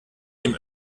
dem